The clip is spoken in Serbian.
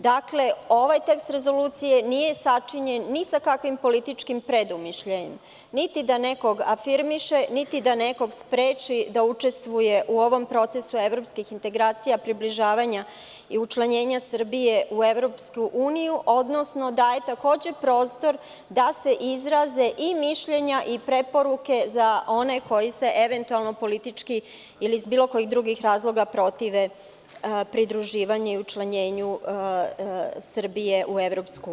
Dakle, ovaj tekst rezolucije nije sačinjen ni sa kakvim političkim predumišljajem, niti da nekog afirmiše, niti da nekoga spreči da učestvuje u ovom procesu evropskih integracija, približavanja i učlanjenja Srbije u EU, odnosno da je takođe prostor da se izraze i mišljenja i preporuke za one koji se eventualno politički ili iz bilo kojih drugih razloga protive pridruživanju i učlanjenju Srbije u EU.